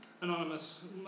Anonymous